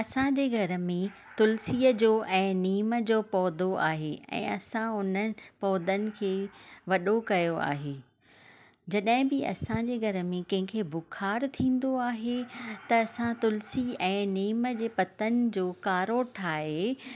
असांजे घरु में तुलसीअ जो ऐं नीम जो पौधो आहे ऐं असां उन पौधनि खे वॾो कयो आहे जॾहिं बि असांजे घरु में कंहिंखे बुख़ार थींदो आहे त असां तुलसी ऐं नीम जे पत्तनि जो काड़ो ठाहे